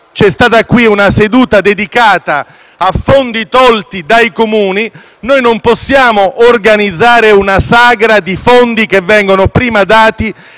la seduta è stata dedicata a fondi tolti ai Comuni, non possiamo organizzare una "sagra" di fondi che vengono prima dati